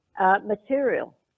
material